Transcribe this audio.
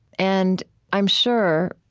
and i'm sure,